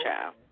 child